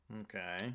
Okay